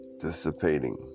dissipating